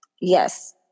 yes